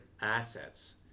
assets